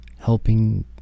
helping